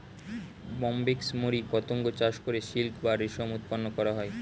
Bombyx mori পতঙ্গ চাষ করে সিল্ক বা রেশম উৎপন্ন করা হয়